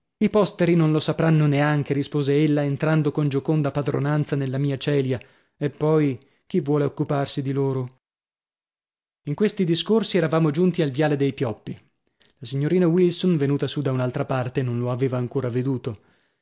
i posteri non lo sapranno neanche rispose ella entrando con gioconda padronanza nella mia celia e poi chi vuole occuparsi di loro in questi discorsi eravamo giunti al viale dei pioppi la signorina wilson venuta su da un'altra parte non lo aveva ancora veduto